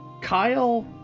Kyle